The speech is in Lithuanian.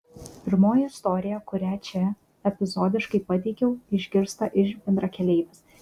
pirmoji istorija kurią čia epizodiškai pateikiu išgirsta iš bendrakeleivės